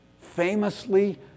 Famously